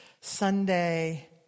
Sunday